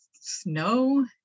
snow